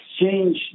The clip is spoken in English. exchange